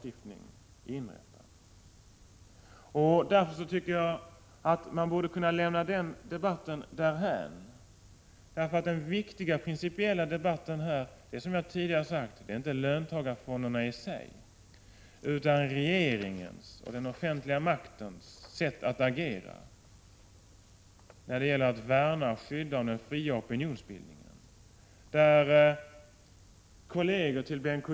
Jag tycker att man borde kunna lämna denna debatt därhän, eftersom den viktiga principiella debatten i detta sammanhang ju inte gäller löntagarfonderna i sig utan regeringens och den offentliga maktens sätt att agera när det gäller att värna och skydda den fria opinionsbildningen. Kolleger till Bengt K.